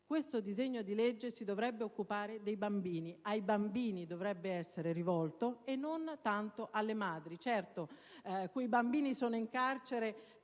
Questo disegno di legge, infatti, si dovrebbe occupare dei bambini, ai bambini dovrebbe essere rivolto, e non tanto alle madri. Certo, quei bambini sono in carcere perché